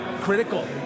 critical